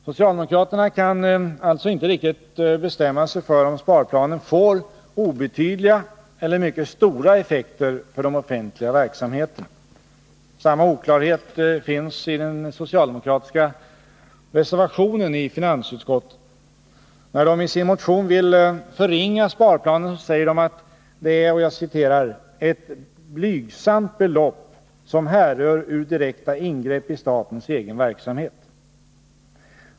Socialdemokraterna kan alltså inte riktigt bestämma sig för om sparplanen får obetydliga eller mycket stora effekter för de offentliga verksamheterna. Samma oklarhet finns i den socialdemokratiska reservationen i finansutskottet. När de i sin motion vill förringa sparplanen säger de att det är ”ett blygsamt belopp som härrör ur direkta ingrepp i statens egen verksamhet”.